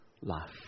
life